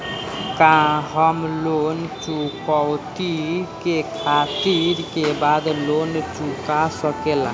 का हम लोन चुकौती के तारीख के बाद लोन चूका सकेला?